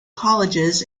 colleges